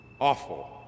awful